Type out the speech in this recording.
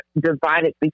divided